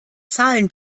zahlen